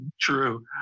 true